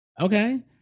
okay